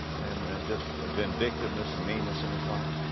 and, just vindictiveness and meanness in his heart.